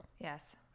yes